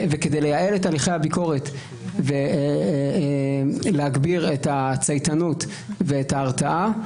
וכדי לייעל את הליכי הביקורת ולהגביר את הצייתנות ואת ההרתעה,